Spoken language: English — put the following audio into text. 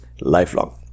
lifelong